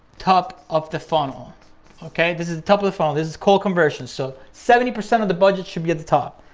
top of the funnel okay? this is the top of the funnel. this is called conversion so, seventy percent of the budget should be at the top.